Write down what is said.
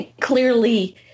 clearly